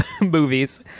movies